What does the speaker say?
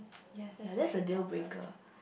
yes that's very important